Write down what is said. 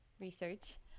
research